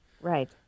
Right